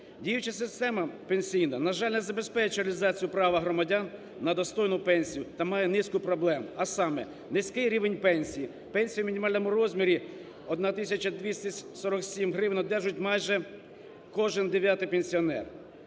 Діюча система пенсійна, на жаль, не забезпечує реалізацію права громадян на достойну пенсію та має низку проблем. А саме: низький рівень пенсій, пенсія в мінімальному розмірі 1 тисяча 247 гривень, одержують майже кожен дев'ятий пенсіонер,